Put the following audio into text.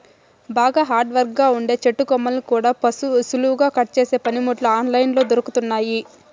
బాగా హార్డ్ గా ఉండే చెట్టు కొమ్మల్ని కూడా సులువుగా కట్ చేసే పనిముట్లు ఆన్ లైన్ లో దొరుకుతున్నయ్యి